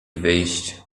wyjść